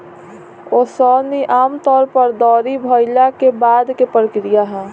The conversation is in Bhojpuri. ओसवनी आमतौर पर दौरी भईला के बाद के प्रक्रिया ह